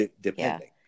depending